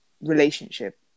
relationship